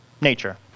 nature